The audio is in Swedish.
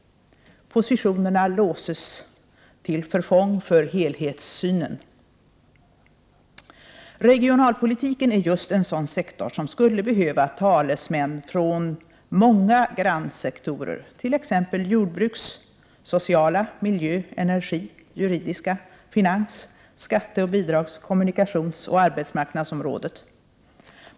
Positionerna låses, till förfång för helhetssynen. Regionalpolitiken är just en sådan sektor, som skulle behöva talesmän från många grannsektorer, t.ex. jordbruks-, sociala, miljö-, energi-, juridiska, finans-, skatteoch bidrags-, kommunikationsoch arbetsmarknadsområdena.